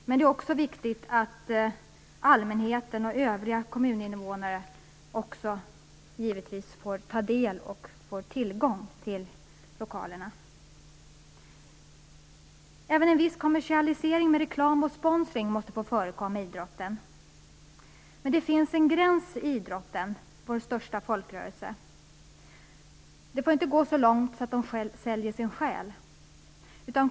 Men det är också viktigt att allmänheten och övriga kommuninvånare får tillgång till lokalerna. Även en viss kommersialisering med reklam och sponsring måste få förekomma i idrotten. Men det finns en gräns i idrotten - vår största folkrörelse. Det får inte gå så långt att man säljer sin själ.